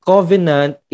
Covenant